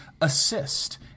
assist